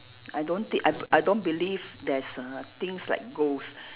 I don't take I I don't believe there's err things like ghost